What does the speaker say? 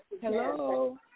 Hello